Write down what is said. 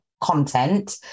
content